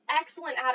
excellent